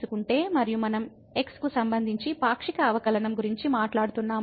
మరియు మనం x కు సంబంధించి పాక్షిక అవకలనం గురించి మాట్లాడుతున్నాము